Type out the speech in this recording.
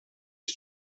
had